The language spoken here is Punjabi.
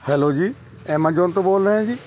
ਹੈਲੋ ਜੀ ਐਮਾਜੋਨ ਤੋਂ ਬੋਲ ਰਹੇ ਆ ਜੀ